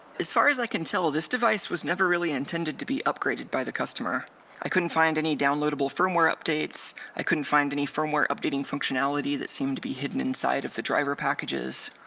as far as i can tell this device was never really intended to be upgraded by the customer i couldn't find any downloadable firmware updates, i couldn't find any firmware updating functionality that seemed to be hidden inside of the driver packages.